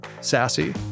Sassy